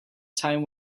time